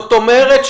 זאת אומרת,